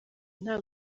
nta